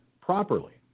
properly